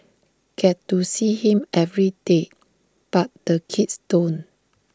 get to see him every day but the kids don't